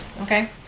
Okay